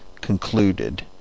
concluded